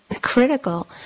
critical